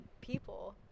people